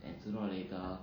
and sooner or later